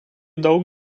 daug